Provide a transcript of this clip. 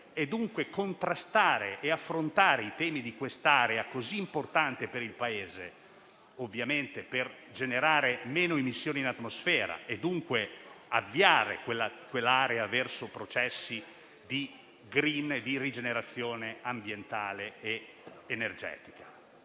quindi contrastare e affrontare i temi di quest'area così importante per il Paese, per generare meno emissioni in atmosfera e avviare tale area verso processi *green*, di rigenerazione ambientale e energetica.